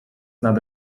nad